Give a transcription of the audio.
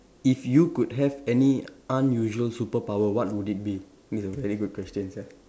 if you could have any unusual superpower what would it be this a very good question sia